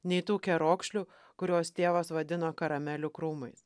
nei tų kerokšlių kuriuos tėvas vadino karamelių krūmais